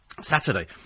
Saturday